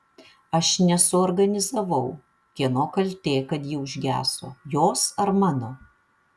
aš nesuorganizavau kieno kaltė kad ji užgeso jos ar mano